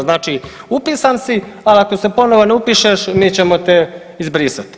Znači upisan si, ali ako se ponovno ne upišeš mi ćemo te izbrisati.